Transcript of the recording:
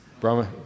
Brahma